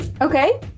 Okay